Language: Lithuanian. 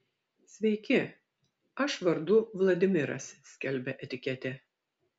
sveiki aš vardu vladimiras skelbia etiketė